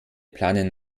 planen